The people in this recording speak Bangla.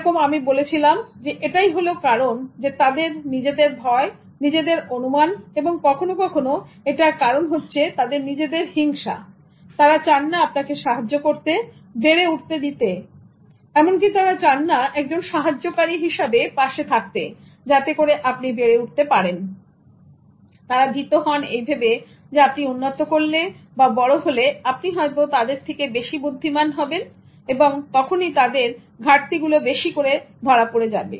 যেরকম আমি বলেছিলাম এটাই হলো কারণ তাদের নিজেদের ভয় নিজেদের অনুমান এবং কখনো কখনো এটার কারণ হচ্ছে তাদের নিজেদের হিংসা তারা চান না আপনাকে সাহায্য করতে বেড়ে উঠতে এমনকি তারা চান না একজন সাহায্যকারী হিসেবে পাশে থাকতে যাতে করে আপনি বেড়ে উঠতে পারেন তারা ভীত হন এইভেবে যে আপনি উন্নত করলে বা বড় হলে আপনি হয়তো তাদের থেকে বেশি বুদ্ধিমান হবেন এবং তখনই তাদের ঘাটতিগুলো বেশি পড়ে ধরা পড়বে